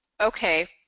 Okay